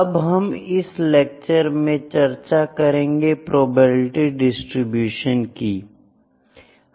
अब हम इस लैक्चर में चर्चा करेंगे प्रोबेबिलिटी डिस्ट्रीब्यूशन प्रोबेबिलिटी DISTRIBUTION की